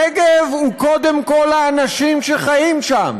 הנגב הוא קודם כול האנשים שחיים שם.